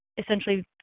essentially